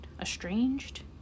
estranged